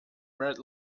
red